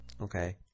Okay